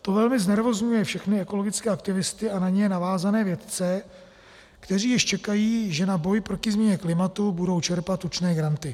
To velmi znervózňuje všechny ekologické aktivisty a na ně navázané vědce, kteří již čekají, že na boj proti změně klimatu budou čerpat tučné granty.